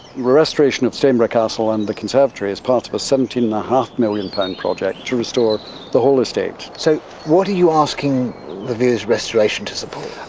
restoration of stainborough castle and the conservatory is part of a seventeen and a half million pound project to restore the whole estate. so what are you asking the viewers of restoration to support?